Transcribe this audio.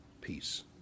peace